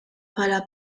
bħala